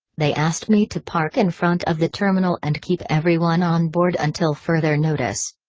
they asked me to park in front of the terminal and keep everyone onboard until further notice.